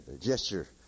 gesture